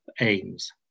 aims